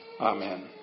Amen